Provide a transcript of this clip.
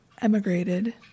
emigrated